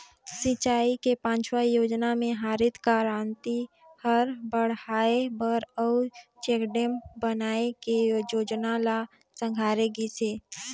सिंचई के पाँचवा योजना मे हरित करांति हर बड़हाए बर अउ चेकडेम बनाए के जोजना ल संघारे गइस हे